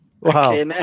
Wow